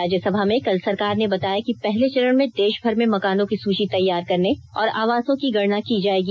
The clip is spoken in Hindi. राज्यसभा में कल सरकार ने बताया कि पहले चरण में देषभर में मकानों की सूची तैयार करने और आवासों की गणना की जायेगी